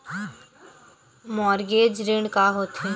Mortgage ऋण का होथे?